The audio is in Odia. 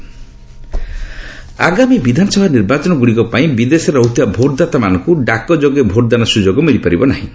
ପୋଷ୍ଟାଲ୍ ଭୋଟିଂ ଆଗାମୀ ବିଧାନସଭା ନିର୍ବାଚନଗୁଡ଼ିକ ପାଇଁ ବିଦେଶରେ ରହୁଥିବା ଭୋଟ୍ଦାତାମାନଙ୍କୁ ଡାକଯୋଗେ ଭୋଟଦାନ ସୁଯୋଗ ମିଳିପାରିବ ନାହିଁ